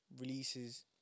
releases